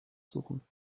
suchen